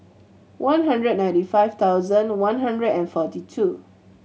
one hundred ninety five thousand one hundred and forty two